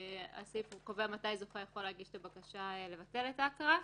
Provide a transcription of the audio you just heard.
והסעיף קובע מתי זוכה יכול להגיש את הבקשה לבטל את ההכרה,